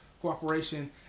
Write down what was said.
cooperation